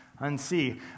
unsee